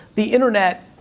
the internet,